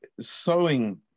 sowing